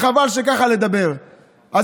וחבל לדבר ככה.